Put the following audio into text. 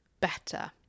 better